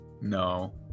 No